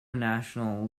national